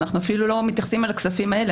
אנחנו אפילו לא מתייחסים אל הכספים האלה.